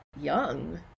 young